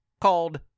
called